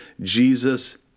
Jesus